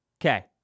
Okay